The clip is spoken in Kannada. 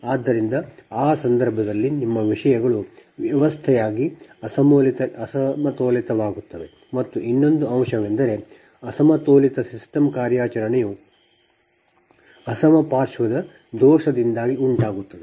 ಆದ್ದರಿಂದ ಆ ಸಂದರ್ಭದಲ್ಲಿ ನಿಮ್ಮ ವಿಷಯಗಳು ವ್ಯವಸ್ಥೆಯಾಗಿ ಅಸಮತೋಲಿತವಾಗುತ್ತವೆ ಮತ್ತು ಇನ್ನೊಂದು ಅಂಶವೆಂದರೆ ಅಸಮತೋಲಿತ ಸಿಸ್ಟಮ್ ಕಾರ್ಯಾಚರಣೆಯು ಅಸಮಪಾರ್ಶ್ವದ ದೋಷದಿಂದಾಗಿ ಉಂಟಾಗುತ್ತದೆ